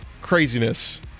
craziness